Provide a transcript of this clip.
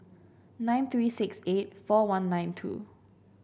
nine three six eight four one nine two